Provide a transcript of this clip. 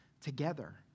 together